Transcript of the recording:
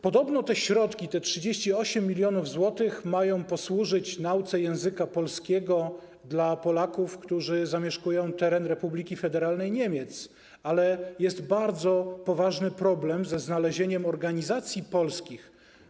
Podobno te środki, te 38 mln zł, mają być przeznaczone na naukę języka polskiego dla Polaków, którzy zamieszkują teren Republiki Federalnej Niemiec, ale jest bardzo poważny problem ze znalezieniem organizacji polskich.